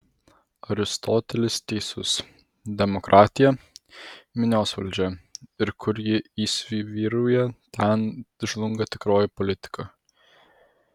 aristotelis teisus demokratija minios valdžia ir kur ji įsivyrauja ten žlunga tikroji politika